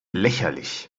lächerlich